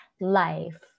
life